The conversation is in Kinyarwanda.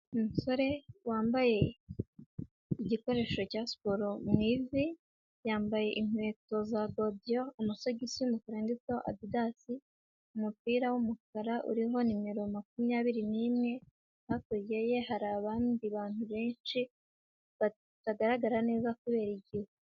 Umusore wambaye igikoresho cya siporo mu ivi, yambaye inkweto za godiyo, amasogisi y'umukara yanditseho adidasi, umupira w'umukara uriho nimero makumyabiri n'imwe, hakurya ye hari abandi bantu benshi batagaragara neza kubera igihu.